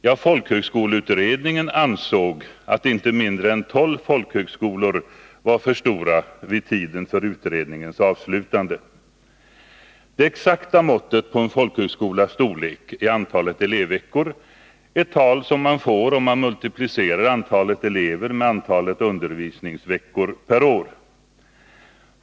Ja, folkhögskoleutredningen ansåg att inte mindre än tolv folkhögskolor vid tiden för utredningens avslutande var för stora. Det exakta måttet på en folkhögskolas storlek är antalet elevveckor, ett tal som man får om man multiplicerar antalet elever med antalet undervisningsveckor per år.